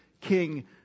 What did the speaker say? king